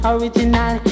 Original